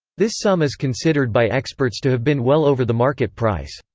this sum is considered by experts to have been well over the market price.